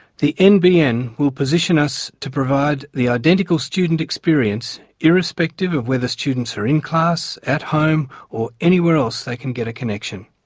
the nbn will position us to provide the identical student experience irrespective of whether students are in class, at home, or anywhere else they can get a connection.